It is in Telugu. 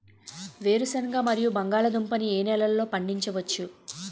వేరుసెనగ మరియు బంగాళదుంప ని ఏ నెలలో పండించ వచ్చు?